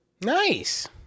Nice